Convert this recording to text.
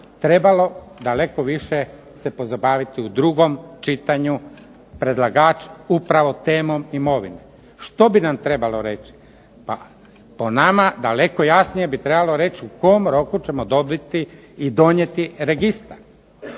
trebalo se daleko više pozabaviti u drugom čitanju, predlagač upravo temom imovine. Što bi nam trebalo reći? Po nama daleko jasnije bi trebalo reći u kom roku ćemo donijeti i dobiti registar.